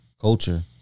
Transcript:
Culture